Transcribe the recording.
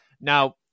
Now